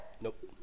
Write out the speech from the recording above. Nope